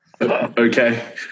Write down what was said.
Okay